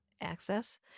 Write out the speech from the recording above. access